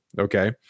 Okay